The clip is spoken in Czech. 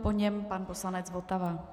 Po něm pan poslanec Votava.